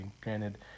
Granted